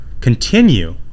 continue